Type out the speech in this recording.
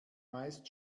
meist